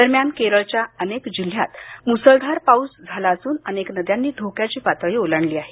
दरम्यान केरळच्या अनेक जिल्ह्यात मुसळधार पाऊस झाला असून अनेक नद्यांनी धोक्याची पातळी ओलांडली आहे